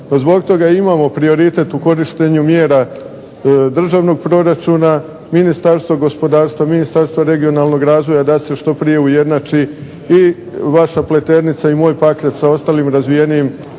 zbog toga imamo prioritet u korištenju mjera državnog proračuna, Ministarstva gospodarstva, Ministarstva regionalnog razvoja da se što prije ujednači i vaša Pleternica, i moj Pakrac sa ostalim razvijenijim